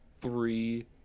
three